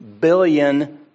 billion